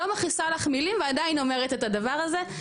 לא מכניסה לך מילים ועדיין אומרת את הדבר הזה,